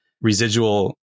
residual